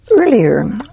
earlier